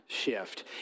shift